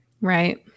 Right